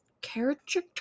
character